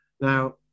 Now